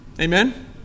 Amen